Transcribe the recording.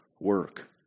work